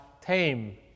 tame